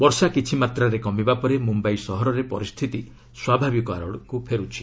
ବର୍ଷା କିଛିମାତ୍ରାରେ କମିବା ପରେ ମୁମ୍ୟାଇ ସହରରେ ପରିସ୍ଥିତି ସ୍ୱାଭାବିକ ଆଡ଼କୁ ଫେରୁଛି